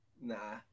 nah